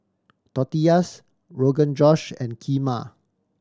Tortillas Rogan Josh and Kheema